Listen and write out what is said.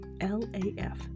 L-A-F